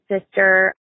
sister